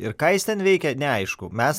ir ką jis ten veikė neaišku mes